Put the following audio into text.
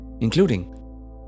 including